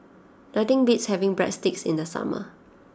nothing beats having Breadsticks in the summer